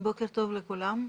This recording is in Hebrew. בוקר טוב לכולם.